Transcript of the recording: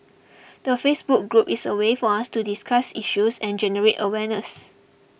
the Facebook group is a way for us to discuss issues and generate awareness